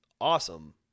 awesome